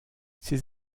ses